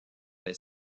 les